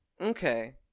Okay